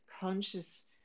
conscious